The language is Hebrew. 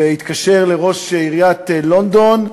ויתקשר לראש עיריית לונדון,